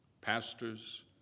pastors